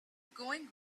going